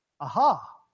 Aha